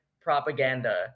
propaganda